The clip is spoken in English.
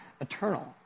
eternal